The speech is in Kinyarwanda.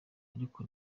ariko